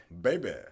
Baby